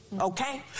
okay